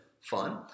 fun